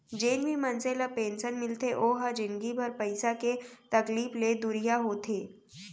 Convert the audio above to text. जेन भी मनसे ल पेंसन मिलथे ओ ह जिनगी भर पइसा के तकलीफ ले दुरिहा होथे